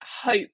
hope